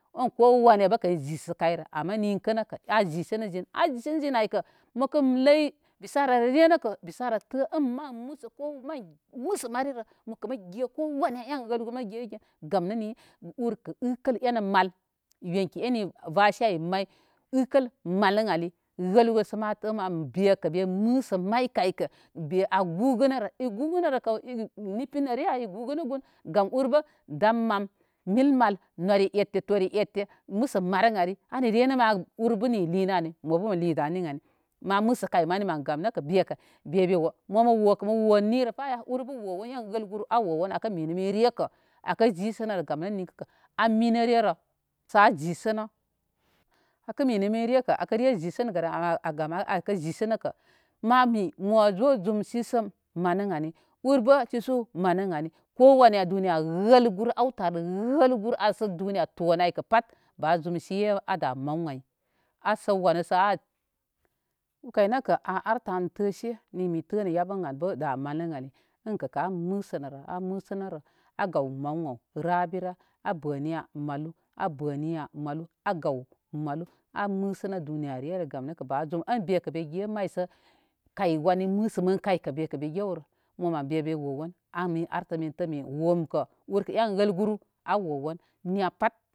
Ən ko wanə bə kən zisə kəyrə ama ninkə nəkə a zisənə zin. A zisənə zin ay kə məkən ləy bisara rə re nəkə bisara tə ən mən məsə ko mən məsə mari rə mə ge kowana ən wəl guru mə gey gen gam nə ni urkə ənkəl ani mal, yonki eni vase ay may ənkəl mə mal ən ali wəl sə mən be kə mi məsə may kay kə be a gugənərə. A gugənərəkə ni pinya? I gugənə gun gam ur bə dam mal nil mal nore ette, tore ette məsə mar an ari, anire nə ma ur nə ni linə ali mobə məli da ni ani. Ma məsə kəy mani mən gam nəkə mən bekə bebe wo, mo mə wo kə ni paya ur bə wo won. En wəl guru a wo won akə mi nə min rekə akə zisənərə gam nə ninkə kə a minə rerə sa a zisənə akə minə min rekə áré zisənəgərə gam akə zisənə kə ma mi mə zo zum sisən mən ən ali ur bə a sisu mən ən ali kowane duniya wəl guru awtə ar wəl guru ar sə duniya to nə ay pat ba zum siye a da mal ən ay a səw wanəsə. U kaƴ nəkə an artə an təse ni mi tənə yabə ən al bə da malən ani ənkə ka a musənərə a gaw maw ən ay rabira a bə niya malu, abə niya malu a məsəana duniya rərerə. Bazum in bekə bege may sə kəy wani məsəmən kay ay ke mi gewrə, mo mən bé bé wo won a min artə min tə min womkə wəl guru a wo won pat